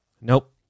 Nope